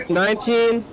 nineteen